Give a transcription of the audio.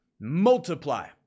Multiply